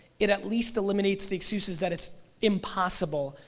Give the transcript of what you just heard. it at least eliminates the excuses that it's impossible,